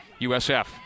USF